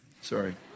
Sorry